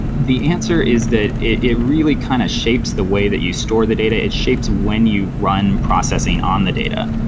the answer is that it it really kind of shapes the way that you store the data. it shapes when you run processing on the data.